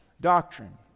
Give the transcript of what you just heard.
doctrine